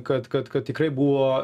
kad kad kad tikrai buvo